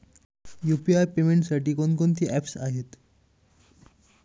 UPI पेमेंटसाठी कोणकोणती apps आहेत?